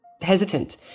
hesitant